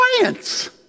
science